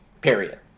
Period